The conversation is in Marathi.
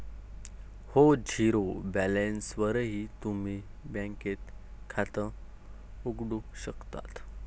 हो, झिरो बॅलन्सवरही तुम्ही बँकेत खातं उघडू शकता